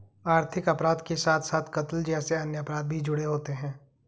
आर्थिक अपराध के साथ साथ कत्ल जैसे अन्य अपराध भी जुड़े होते हैं